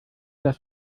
das